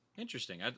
Interesting